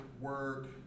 work